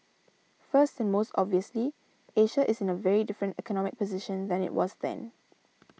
first and most obviously Asia is in a very different economic position than it was then